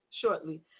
shortly